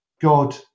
god